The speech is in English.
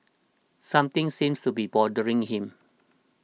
something seems to be bothering him